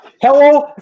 Hello